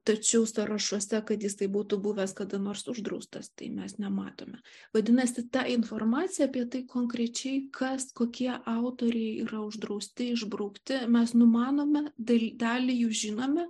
tačiau sąrašuose kad jisai būtų buvęs kada nors uždraustas tai mes nematome vadinasi ta informacija apie tai konkrečiai kas kokie autoriai yra uždrausti išbraukti mes numanome dalyje dalį jų žinome